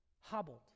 hobbled